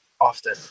often